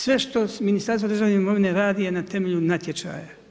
Sve što Ministarstvo državne imovine radi je na temelju natječaja.